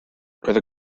roedd